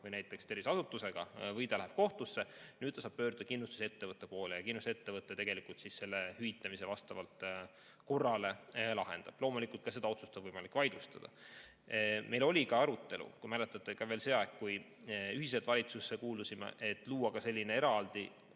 või tervishoiuasutusega või ta läheb kohtusse. [Edaspidi] ta saab pöörduda kindlustusettevõtte poole ja kindlustusettevõte tegelikult siis selle hüvitamise vastavalt korrale lahendab. Loomulikult, ka seda otsust on võimalik vaidlustada. Meil oli ka arutelu, kui te mäletate, veel see aeg, kui ühiselt valitsusse kuulusime, et luua selline eraldi